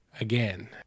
Again